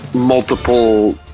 multiple